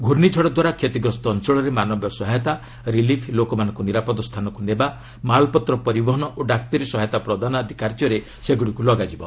ଘ୍ରର୍ଷିଝଡ଼ ଦ୍ୱାରା କ୍ଷତିଗ୍ରସ୍ତ ଅଞ୍ଚଳରେ ମାନବୀୟ ସହାୟତା ରିଲିଫ୍ ଲୋକମାନଙ୍କୁ ନିରାପଦ ସ୍ଥାନକୁ ନେବା ମାଲପତ୍ର ପରିବହନ ଓ ଡାକ୍ତରୀ ସହାୟତା ପ୍ରଦାନ ଆଦି କାର୍ଯ୍ୟରେ ସେଗୁଡ଼ିକୁ ଲଗାଯିବ